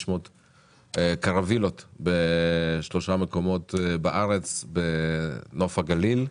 קראווילות בשלושה מקומות בארץ: בנוף הגליל,